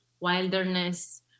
wilderness